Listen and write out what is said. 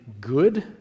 good